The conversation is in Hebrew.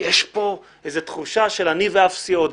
יש פה איזו תחושה של אני ואפסי עוד.